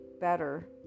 better